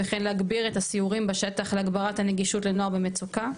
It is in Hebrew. וכן להגביר את הסיורים בשטח להגברת הנגישות לנוער במצוקה.